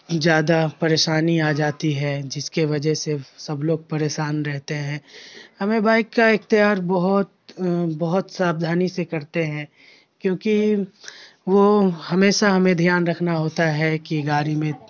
زیادہ پریشانی آ جاتی ہے جس کے وجہ سے سب لوگ پریشان رہتے ہیں ہمیں بائک کا اختیار بہت بہت ساودھانی سے کرتے ہیں کیونکہ وہ ہمیشہ ہمیں دھیان رکھنا ہوتا ہے کہ گاڑی میں